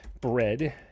bread